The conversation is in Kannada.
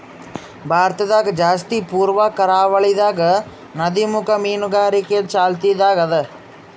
ಭಾರತದಾಗ್ ಜಾಸ್ತಿ ಪೂರ್ವ ಕರಾವಳಿದಾಗ್ ನದಿಮುಖ ಮೀನುಗಾರಿಕೆ ಚಾಲ್ತಿದಾಗ್ ಅದಾ